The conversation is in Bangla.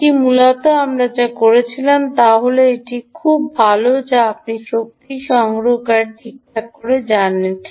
এটি মূলত আমরা যা করছিলাম তা হল এটি খুব ভাল যা আপনি শক্তি সংগ্রহকারীকে ঠিকঠাক জানেন